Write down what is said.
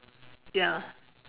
ya